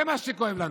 זה מה שכואב לנו,